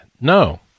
No